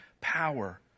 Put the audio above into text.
power